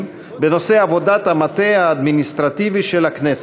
בנושא עבודת המטה האדמיניסטרטיבי של הכנסת.